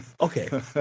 okay